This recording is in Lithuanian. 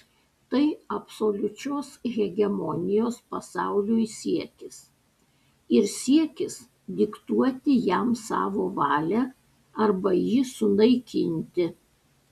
tai absoliučios hegemonijos pasauliui siekis ir siekis diktuoti jam savo valią arba jį sunaikinti